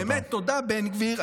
באמת תודה, בן גביר.